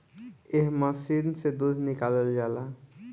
एह मशीन से दूध निकालल जाला